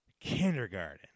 kindergarten